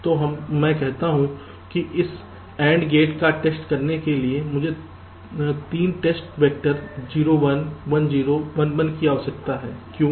तो मैं कहता हूं कि इस AND गेट का टेस्ट करने के लिए मुझे 3 टेस्ट वैक्टर 0 1 1 0 और 1 1 की आवश्यकता है क्यों